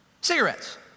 Cigarettes